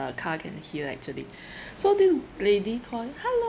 car can hear actually so this lady call hello